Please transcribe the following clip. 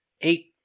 eight